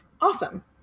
Awesome